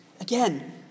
Again